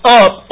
up